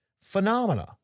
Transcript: phenomena